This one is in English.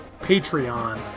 Patreon